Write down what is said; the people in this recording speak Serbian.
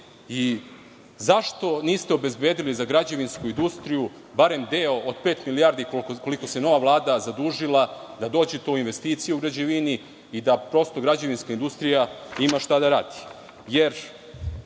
i zašto niste obezbedili za građevinsku industriju barem deo od pet milijardi koliko se nova vlada zadužila za investicije u građevini i da prosto građevinska industrija ima šta da